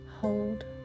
hold